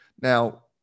Now